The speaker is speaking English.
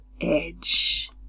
edge